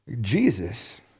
Jesus